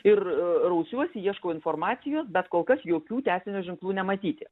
ir rausiuosi ieškau informacijos bet kol kas jokių tęsinio ženklų nematyti